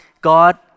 God